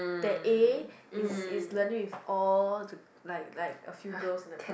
that A is learning with all like like the few girl in car